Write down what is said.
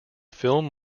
film